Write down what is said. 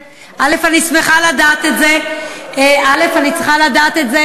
אני שמחה לדעת את זה, אני שמחה לדעת את זה, א.